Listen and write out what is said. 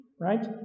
right